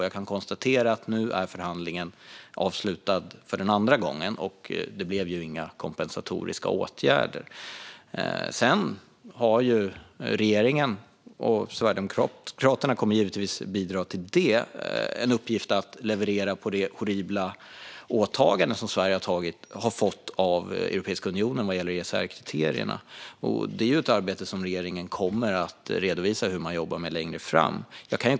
Jag kan konstatera att förhandlingen nu är avslutad för andra gången, och det blev inga kompensatoriska åtgärder. Regeringen och Sverigedemokraterna kommer givetvis att bidra till uppgiften att leverera på Sveriges horribla åtagande gentemot Europeiska unionen vad gäller ESR-kriterierna. Regeringen kommer att redovisa hur de jobbar med det längre fram.